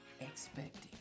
expecting